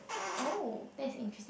oh that's interesting